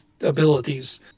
abilities